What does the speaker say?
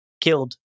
killed